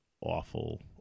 awful